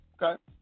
Okay